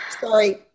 Sorry